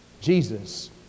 Jesus